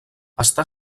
està